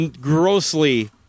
grossly